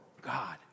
God